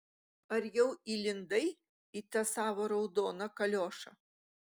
ar jau įlindai į tą savo raudoną kaliošą